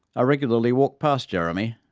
i regularly walked past jeremy,